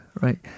right